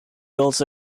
also